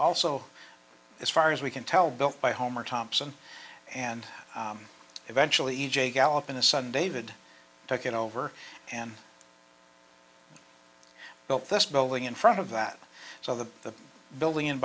also as far as we can tell built by homer thompson and eventually e j gallopin a son david took it over and built this building in front of that so the building in